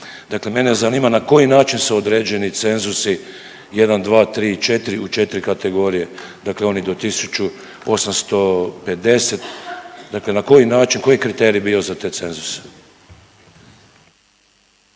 Dakle, mene zanima na koji način se određeni cenzusi jedan, dva, tri i četiri u četiri kategorije. Dakle, oni do 1850, dakle na koji način, koji kriterij je bio za te cenzuse?